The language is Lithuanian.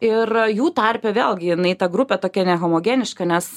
ir jų tarpe vėlgi jinai ta grupė tokia nehomogeniška nes